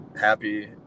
happy